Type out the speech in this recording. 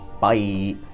Bye